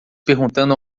perguntando